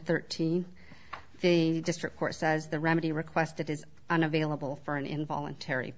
thirteen the district court says the remedy requested is unavailable for an involuntary